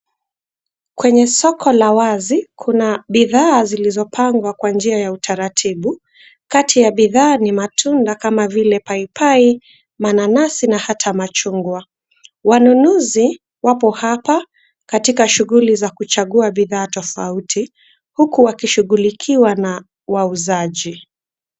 Kwenye soko la wazi, kuna bidhaa zilizopangwa kwa njia ya utaratibu. Kati ya bidhaa ni matunda kama vile paipai, mananasi na hata machungwa. Wanunuzi wapo hapa katika shughuli za kuchagua bidhaa tofauti huku wakishughulikiwa na wauzaji.